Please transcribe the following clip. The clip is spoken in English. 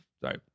Sorry